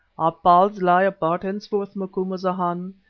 our paths lie apart henceforth, macumazahn.